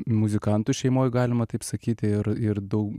muzikantų šeimoj galima taip sakyti ir ir daug